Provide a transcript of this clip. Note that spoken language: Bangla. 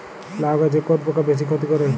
লাউ গাছে কোন পোকা বেশি ক্ষতি করে?